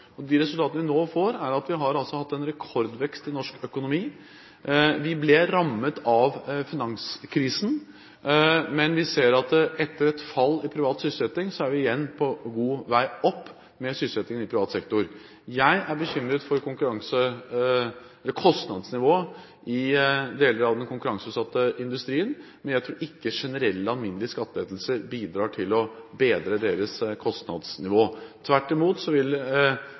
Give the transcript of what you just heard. De resultatene vi nå får, er at vi har hatt rekordvekst i norsk økonomi. Vi ble rammet av finanskrisen, men vi ser at etter et fall i privat sysselsetting er vi igjen på god vei opp med sysselsettingen i privat sektor. Jeg er bekymret for kostnadsnivået i deler av den konkurranseutsatte industrien, men jeg tror ikke generelle, alminnelige skattelettelser bidrar til å bedre deres kostnadsnivå. Tvert imot vil